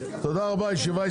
תודה רבה, הישיבה נעולה.